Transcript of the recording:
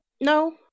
No